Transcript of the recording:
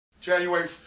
January